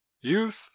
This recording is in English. Youth